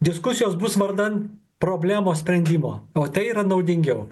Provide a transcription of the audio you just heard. diskusijos bus vardan problemos sprendimo o tai yra naudingiau